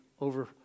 over